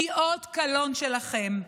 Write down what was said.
היא אות קלון שלכם.